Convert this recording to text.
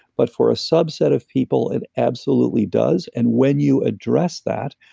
but for a subset of people, it absolutely does. and when you address that,